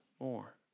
More